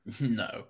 no